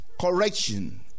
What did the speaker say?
correction